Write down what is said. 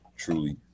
Truly